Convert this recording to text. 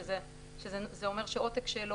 שזה אומר שעותק שלו,